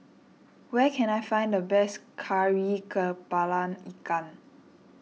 where can I find the best Kari Kepala Ikan